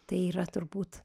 tai yra turbūt